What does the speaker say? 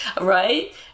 Right